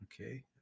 Okay